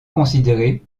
considérés